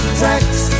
tracks